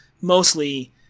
mostly